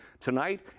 tonight